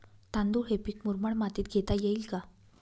तांदूळ हे पीक मुरमाड मातीत घेता येईल का?